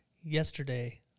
yesterday